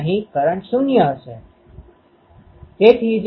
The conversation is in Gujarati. તેથી તે Eθ1 અને Eθ2 ના સરવાળા જેટલું છે